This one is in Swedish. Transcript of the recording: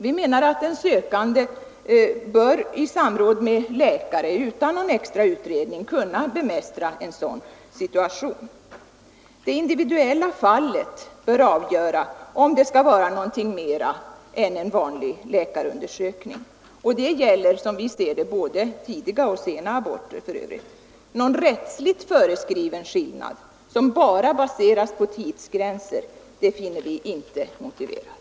Vi menar att den sökande bör i samråd med läkare utan någon extra utredning kunna bemästra sin situation. Det individuella fallet bör avgöra om det skall vara något mera än en vanlig läkarundersökning. Det gäller för övrigt, som vi ser det, både tidiga och sena aborter. Någon rättsligt föreskriven skillnad, som bara baseras på tidsgränser, finner vi inte motiverad.